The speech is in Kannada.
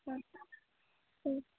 ಹಾಂ ಹ್ಞೂ